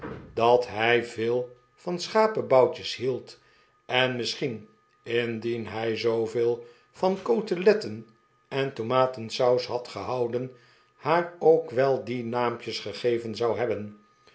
dat hij veel van schapeboutjes hield en misschien indien hij zooveel van coteletten en tomaten saus had gehouden haar ook wel die naampjes gegeven zou hebben